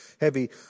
heavy